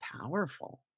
powerful